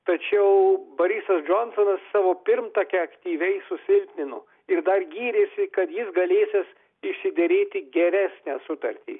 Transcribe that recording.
tačiau borisas džonsonas savo pirmtakę aktyviai susilpnino ir dar gyrėsi kad jis galėsiąs išsiderėti geresnę sutartį